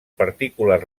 partícules